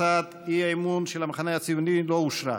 הצעת האי-אמון של המחנה הציוני לא אושרה.